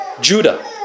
Judah